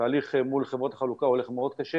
התהליך מול חברות החלוקה הולך מאוד קשה